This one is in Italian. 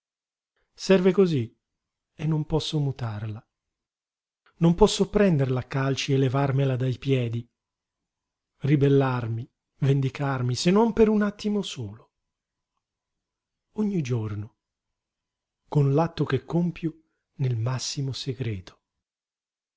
serve cosí e non posso mutarla non posso prenderla a calci e levarmela dai piedi ribellarmi vendicarmi se non per un attimo solo ogni giorno con l'atto che compio nel massimo segreto